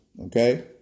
Okay